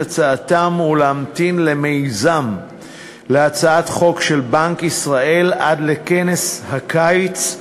הצעתם ולהמתין למיזם או להצעת חוק של בנק ישראל עד לכנס הקיץ.